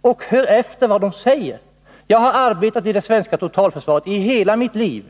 och hör efter vad de säger! Jag har arbetat inom det svenska totalförsvaret i hela mitt liv.